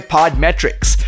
Podmetrics